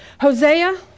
Hosea